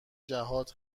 جهات